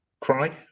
cry